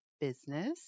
business